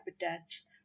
habitats